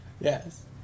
Yes